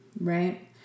right